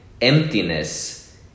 emptiness